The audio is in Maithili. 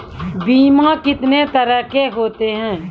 बीमा कितने तरह के होते हैं?